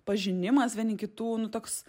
pažinimas vieni kitų nu toks